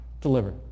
deliver